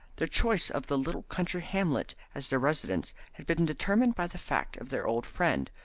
their choice of the little country hamlet as their residence had been determined by the fact of their old friend,